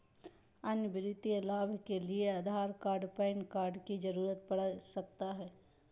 अन्य वित्तीय लाभ के लिए आधार कार्ड पैन कार्ड की जरूरत पड़ सकता है?